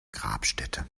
grabstätte